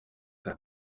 par